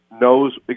knows